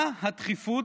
מה הדחיפות?